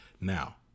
now